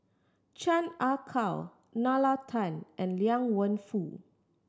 Chan Ah Kow Nalla Tan and Liang Wenfu